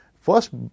first